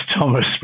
Thomas